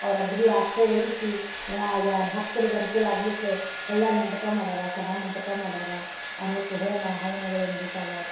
ಅವ್ರ ಅಗ್ದಿ ಆಸ್ತೆ ವಹಿಸಿ ಭಕ್ತರಿಗೆ ಅನುಕೂಲ ಆಗಲಿಕ್ಕೆ ಕಲ್ಯಾಣ ಮಂಟಪ ಮಾಡಾರ ಸಭಾ ಮಂಟಪ ಮಾಡಾರ ಅನೇಕ ಹೋಮ ಹವನಗಳು ನಡಿತಾವ